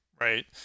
right